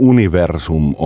Universum